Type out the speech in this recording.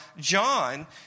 John